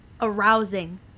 arousing